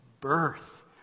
birth